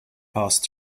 passed